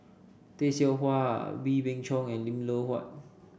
Tay Seow Huah Wee Beng Chong and Lim Loh Huat